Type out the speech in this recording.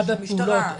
של המשטרה?